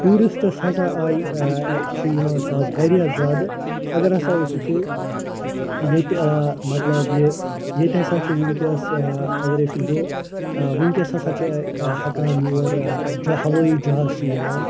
tourists ہَسا آیہِ ٲں چھ یِوان آز واریاہ زیادٕ اگر ہَسا أسۍ وُچھو ییٚتہِ ٲں مطلب یہِ ییٚتہِ ہَسا چھُ وُنٛکیٚس ٲں اگر أسۍ وُچھو ٲں ونکیٚس ہَسا چھ ٲں ٲں ہیٚکان یور جا ہَوٲیی جہاز چھ یِوان